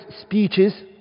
speeches